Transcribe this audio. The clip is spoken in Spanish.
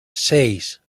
seis